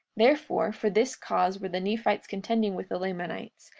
therefore for this cause were the nephites contending with the lamanites,